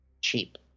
cheap